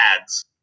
ads